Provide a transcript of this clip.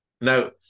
Now